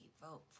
vote